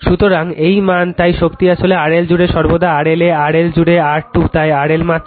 সুতরাং এই মান তাই শক্তি আসলে RL জুড়ে সর্বদা RL এ RL জুড়ে I 2 RL মাত্রায়